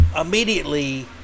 immediately